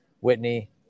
Whitney